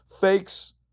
Fakes